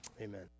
Amen